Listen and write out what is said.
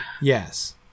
Yes